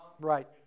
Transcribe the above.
Right